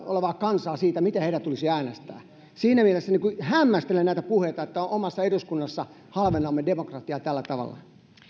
olevaa kansaa siinä miten heidän tulisi äänestää siinä mielessä hämmästelen näitä puheita että omassa eduskunnassamme halvennamme demokratiaa tällä tavalla